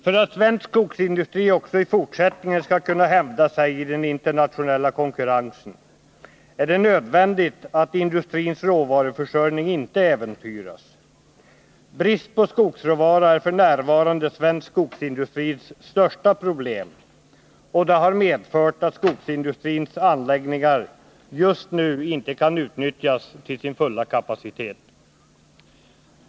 För att svensk skogsindustri också i fortsättningen skall kunna hävda sig i den internationella konkurrensen är det nödvändigt att industrins råvaruförsörjning inte äventyras. Brist på skogsråvara är f. n. svensk skogsindustris största problem, och det har medfört att skogsindustrins anläggningar just nu inte kan utnyttjas till sin fulla kapacitet.